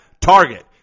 target